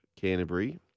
Canterbury